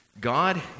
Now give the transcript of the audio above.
God